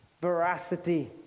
veracity